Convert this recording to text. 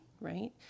right